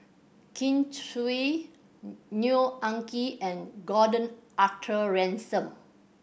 Kin Chui Neo Anngee and Gordon Arthur Ransome